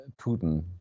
Putin